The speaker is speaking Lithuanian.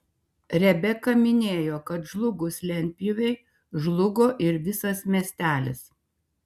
rebeka minėjo kad žlugus lentpjūvei žlugo ir visas miestelis